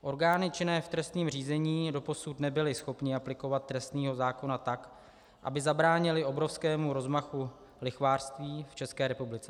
Orgány činné v trestním řízení doposud nebyly schopny aplikovat trestní zákon tak, aby zabránily obrovskému rozmachu lichvářství v České republice.